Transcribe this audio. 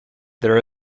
there